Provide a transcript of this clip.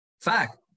fact